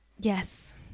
Yes